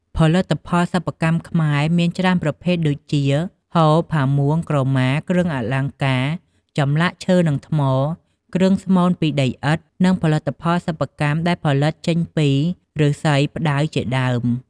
ផលិតផលសិប្បកម្មខ្មែរមានច្រើនប្រភេទដូចជា ហូល ផាមួង ក្រម៉ា គ្រឿងអលង្ការ ចម្លាក់ឈើនិងថ្ម គ្រឿងស្មូនពីដីឥដ្ធ និងផលិផលសិប្បកម្មដែលផលិតចេញពីឬស្សីផ្តៅ ជាដើម។